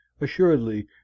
assuredly